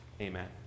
Amen